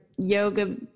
yoga